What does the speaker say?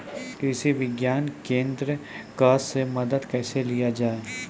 कृषि विज्ञान केन्द्रऽक से मदद कैसे लिया जाय?